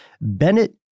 Bennett